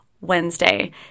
Wednesday